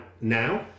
now